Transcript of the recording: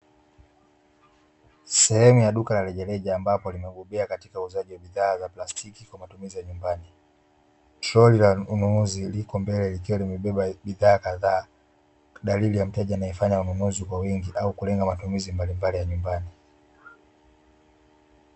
Sehemu ya duka la rejareja ambapo limebobea katika uuzaji wa bidhaa za plastiki kwa matumizi ya nyumbani. Toroli la ununuzi liko mbele ikiwa limebeba bidhaa kadhaa, dalili ya mteja anayefanya ununuzi kwa wingi au kulenga matumizi mbalimbali ya nyumbani.